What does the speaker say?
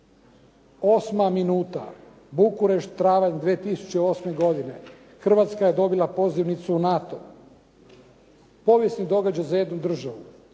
Osma minuta Bukurešt travanj 2008. godine, Hrvatska je dobila pozivnici u NATO. Povijesni događaj za jednu državu.